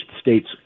state's